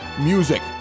Music